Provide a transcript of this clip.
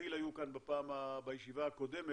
כיל היו כאן בישיבה הקודמת,